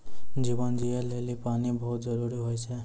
जीवन जियै लेलि पानी बहुत जरूरी होय छै?